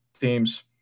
teams